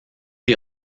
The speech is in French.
les